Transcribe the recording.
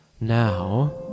now